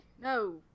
No